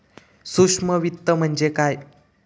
सूक्ष्म वित्त म्हणजे काय?